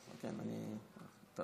אני מתחלף עכשיו.